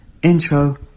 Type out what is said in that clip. Intro